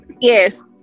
yes